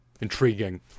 intriguing